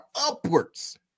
upwards